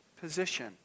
position